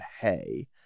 Hey